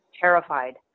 terrified